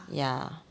ya